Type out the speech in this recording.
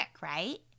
right